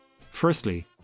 Firstly